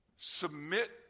submit